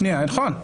נכון,